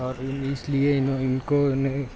اور ان اس لیے انہوں ان کو